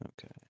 Okay